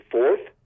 Fourth